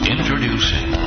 Introducing